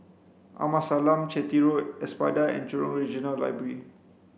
Amasalam Chetty Road Espada and Jurong Regional Library